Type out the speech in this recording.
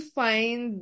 find